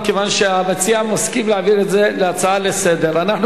מכיוון שהמציע מסכים להעביר את זה כהצעה לסדר-היום.